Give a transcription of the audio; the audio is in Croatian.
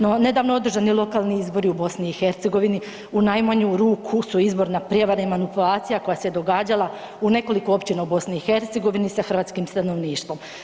No nedavno održani lokalni izbori u BiH u najmanju ruku su izborna prijevara i manipulacija koja se događala u nekoliko općina u BiH sa hrvatskim stanovništvom.